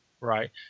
right